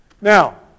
Now